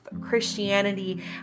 Christianity